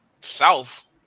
south